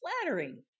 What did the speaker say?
flattering